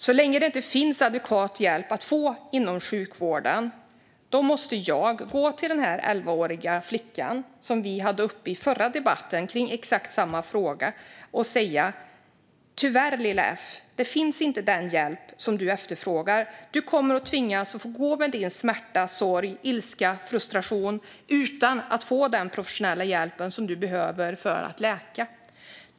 Så länge det inte finns adekvat hjälp att få inom sjukvården måste jag gå till den elvaåriga flicka som vi hade uppe i förra debatten kring exakt samma fråga och säga: Tyvärr, "Lilla F", den hjälp du efterfrågar finns inte. Du kommer att tvingas gå med din smärta, sorg, ilska och frustration utan att få den professionella hjälp du behöver för att läka.